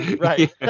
Right